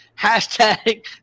hashtag